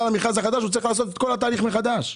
שצריך לעשות את כל התהליך מחדש.